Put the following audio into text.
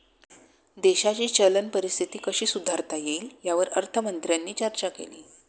देशाची चलन परिस्थिती कशी सुधारता येईल, यावर अर्थमंत्र्यांनी चर्चा केली